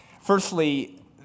Firstly